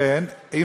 כן, כן.